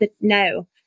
No